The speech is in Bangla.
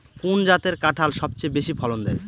কোন জাতের কাঁঠাল সবচেয়ে বেশি ফলন দেয়?